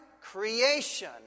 creation